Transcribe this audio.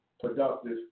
productive